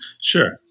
sure